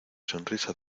sonrisa